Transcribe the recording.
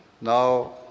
Now